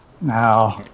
Now